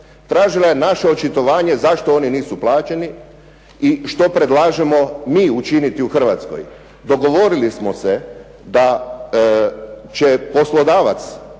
tražila je naše očitovanje zašto oni nisu plaćeni i što predlažemo mi učiniti u Hrvatskoj. Dogovorili smo se da će poslodavac